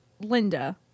Linda